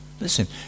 Listen